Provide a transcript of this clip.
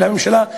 של המדינה,